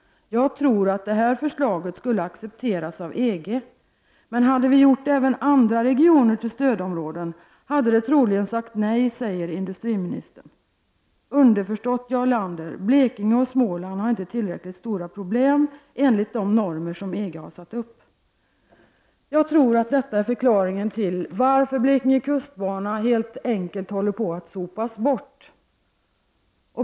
Jag tror att det här förslaget skulle accepteras av EG. Men hade vi gjort även andra regioner till stödområden hade de troligen sagt nej, säger industriministern. Underförstått: Blekinge och Småland har inte tillräckligt stora problem ——-—- enligt EG:s normer —-——.” Jag tror att detta är förklaringen att Blekinge kustbana helt enkelt håller på att sopas bort.